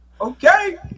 Okay